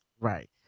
Right